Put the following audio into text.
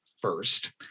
first